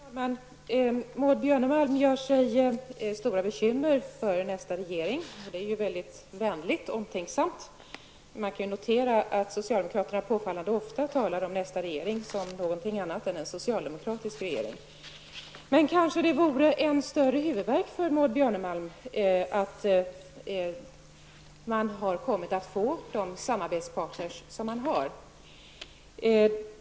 Fru talman! Maud Björnemalm gör sig stora bekymmer för nästa regering. Det är både vänligt och omtänksamt av henne. Jag noterar att socialdemokraterna påfallande ofta talar om nästa regering som någon annan än socialdemokratisk regering. En större huvudvärk för Maud Björnemalm är kanske ändå att man har de samarbetspartner som man har.